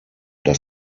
das